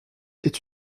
est